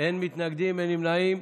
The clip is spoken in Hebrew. אין מתנגדים, אין נמנעים.